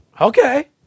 Okay